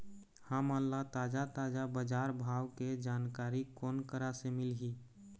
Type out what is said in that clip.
हमन ला ताजा ताजा बजार भाव के जानकारी कोन करा से मिलही?